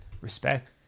Respect